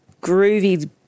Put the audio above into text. groovy